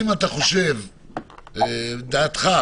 מה דעתכם,